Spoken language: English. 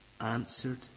answered